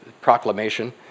proclamation